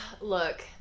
Look